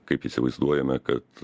kaip įsivaizduojame kad